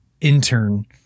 intern